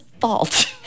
fault